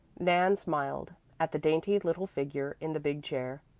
nan smiled at the dainty little figure in the big chair.